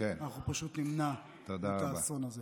אנחנו פשוט נמנע את האסון הזה.